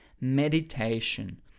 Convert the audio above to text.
meditation